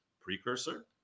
precursor